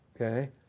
okay